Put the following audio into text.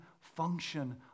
function